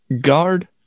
guard